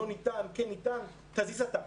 לא ניתן, כן ניתן, תזיז אתה."